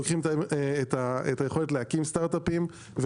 יכולת להקים סטארטאפים,